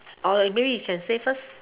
maybe you can say first